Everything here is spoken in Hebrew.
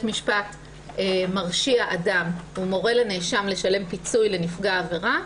משפט מרשיע אדם ומורה לנאשם לשלם פיצוי לנפגע עבירה,